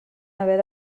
haver